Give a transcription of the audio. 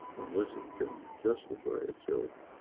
unless it can justify itself,